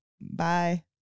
Bye